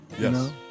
Yes